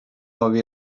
havia